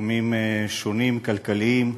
בתחומים כלכליים שונים.